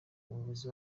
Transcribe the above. umuyobozi